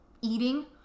eating